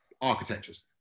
architectures